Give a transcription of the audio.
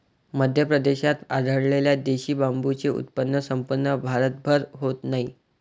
मध्य प्रदेशात आढळलेल्या देशी बांबूचे उत्पन्न संपूर्ण भारतभर होत नाही